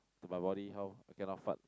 to my body how I cannot how fart